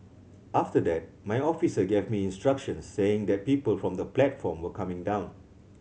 after that my officer gave me instructions saying that people from the platform were coming down